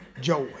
joy